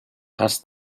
past